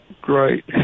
Great